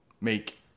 make